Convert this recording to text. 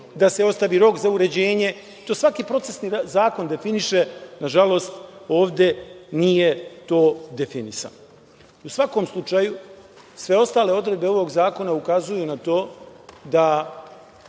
da se ostavi rok za uređenje. To svaki procesni zakon definiše, ali nažalost ovde nije to definisano.U svakom slučaju, sve ostale odredbe ovog zakona ukazuju na to da